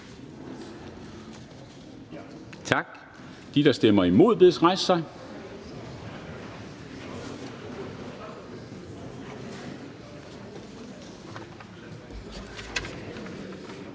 Tak. De, der stemmer imod, bedes rejse sig.